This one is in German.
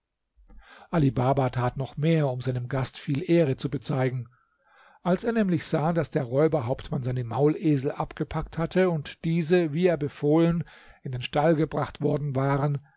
ali baba tat noch mehr um seinem gast viele ehre zu bezeigen als er nämlich sah daß der räuberhauptmann seine maulesel abgepackt hatte und diese wie er befohlen in den stall gebracht worden waren